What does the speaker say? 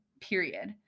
Period